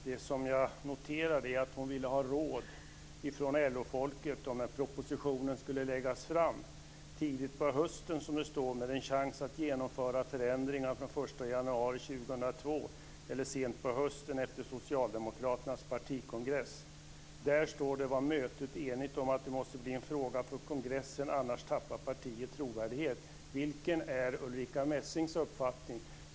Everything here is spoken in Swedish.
Det som jag noterar är att hon ville ha råd från LO folket om propositionen skulle läggas fram tidigt på hösten, som det står, med en chans att genomföra förändringar från den 1 januari 2002 eller sent på hösten efter Socialdemokraternas partikongress. Där, står det, var mötet enigt om att det måste bli en fråga för kongressen, annars tappar partiet trovärdighet. Vilken är Ulrica Messings uppfattning?